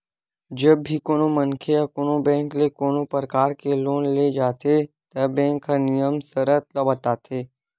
जब भी कोनो मनखे ह कोनो बेंक ले कोनो परकार के लोन ले जाथे त बेंक ह नियम सरत ल बताथे